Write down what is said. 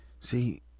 See